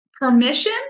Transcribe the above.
permission